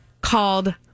called